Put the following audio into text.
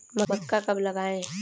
मक्का कब लगाएँ?